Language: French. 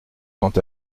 quant